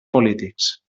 polítics